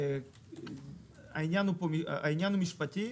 העניין הוא משפטי,